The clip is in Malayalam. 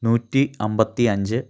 നൂറ്റി അമ്പത്തി അഞ്ച്